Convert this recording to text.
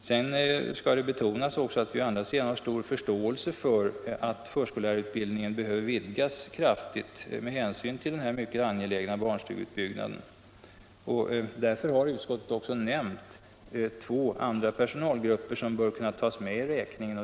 Men det skall också betonas att vi å andra sidan har stor förståelse för att förskollärarutbildningen kraftigt behöver vidgas med hänsyn till den mycket angelägna barnstugeutbyggnaden. Därför har utskottet också nämnt två andra personalgrupper som bör kunna tas med i räkningen.